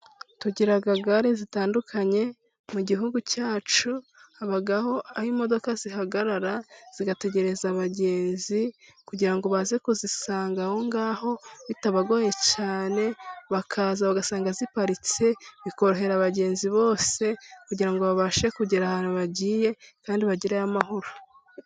Tugira gare zitandukanye mu gihugu cyacu habaho aho imodoka zihagarara, zigategereza abagenzi kugira ngo baze kuzisanga aho ngaho bitabagoye cyane, bakaza bagasanga ziparitse bikorohera abagenzi bose kugira ngo babashe kugera ahantu bagiye kandi bagereyo amahoro.